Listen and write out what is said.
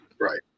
Right